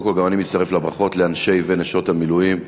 קודם כול גם אני מצטרף לברכות לאנשי ונשות המילואים.